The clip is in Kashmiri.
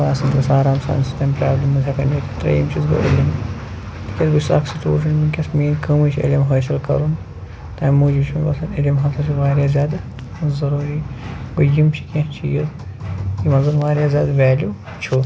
باسُن گوٚژھ آرام سان تَمہِ پرٛابلِم منٛز ترٛیِم چیٖز گوٚو علم کیٛازِ بہٕ چھُس اکھ سِٹوٗڈنٛٹ وٕنکٮ۪ن مٲنۍ کٲمٕے چھِ علم حٲصِل کَرُن تمہِ موٗجوٗب چھِ مےٚ باسان علم ہسا چھُ وارِیاہ زیادٕ ضروٗری گوٚو یِم چھِ کیٚنٛہہ چیٖز یِمن زن وارِیاہ زیادٕ وٮ۪لوٗ چھُ